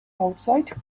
outside